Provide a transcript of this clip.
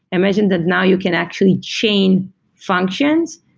imagine that now you can actually chain functions,